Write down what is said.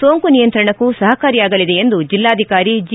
ಸೋಂಕು ನಿಯಂತ್ರಣಕ್ಕೂ ಸಹಕಾರಿಯಾಗಲಿದೆ ಎಂದು ಜಿಲ್ಲಾಧಿಕಾರಿ ಜಿ